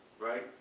right